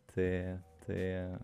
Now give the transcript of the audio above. tai tai